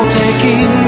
taking